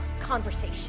conversation